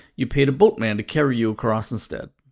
you paid a boatman to carry you across instead.